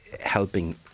helping